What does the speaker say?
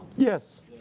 Yes